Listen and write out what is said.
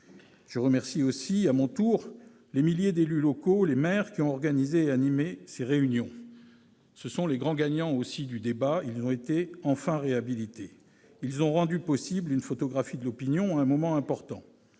remercier à mon tour les milliers d'élus locaux, les maires qui ont organisé et animé ces réunions, ce sont les grands gagnants du débat, ils ont enfin été réhabilités. Ils ont rendu possible une photographie de l'opinion à un moment important.